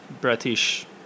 British